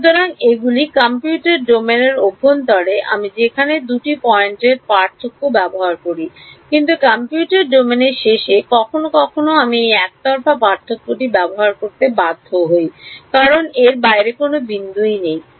সুতরাং এগুলি কম্পিউটারের ডোমেইনের অভ্যন্তরে আমি যেখানেই দুটি পয়েন্টের পার্থক্য ব্যবহার করি কিন্তু কম্পিউটারের ডোমেইনের শেষে কখনও কখনও আমি এই একতরফা পার্থক্যটি ব্যবহার করতে বাধ্য হই কারণ এর বাইরে কোনও বিন্দু নেই